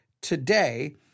today